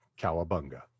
cowabunga